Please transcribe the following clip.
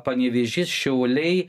panevėžys šiauliai